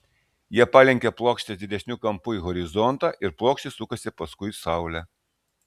jie palenkia plokštes didesniu kampu į horizontą ir plokštės sukasi paskui saulę